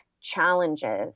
challenges